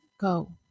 go